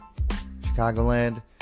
Chicagoland